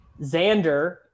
Xander